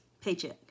paycheck